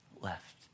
left